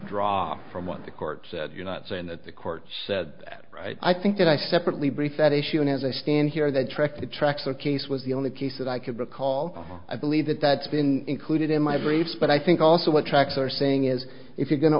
draw from what the court said you're not saying that the court said i think that i separately brief that issue and as i stand here that track to track her case was the only case that i could recall i believe that that's been included in my briefs but i think also what tracks are saying is if you're going to